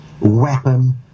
weapon